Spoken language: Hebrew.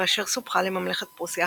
כאשר סופחה לממלכת פרוסיה